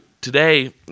today